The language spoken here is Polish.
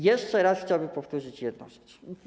Jeszcze raz chciałbym powtórzyć jedną rzecz.